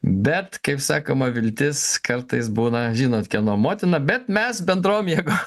bet kaip sakoma viltis kartais būna žinot kieno motina bet mes bendrom jėgom